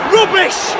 Rubbish